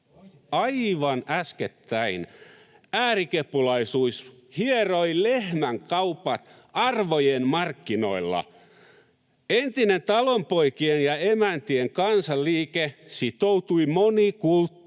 Aivan äskettäin äärikepulaisuus hieroi lehmänkaupat arvojen markkinoilla. Entinen talonpoikien ja emäntien kansanliike sitoutui monikulttuuriin